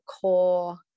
core